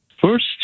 First